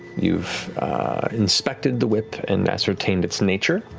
you've inspected the whip and ascertained its nature.